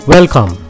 Welcome